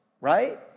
Right